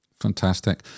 Fantastic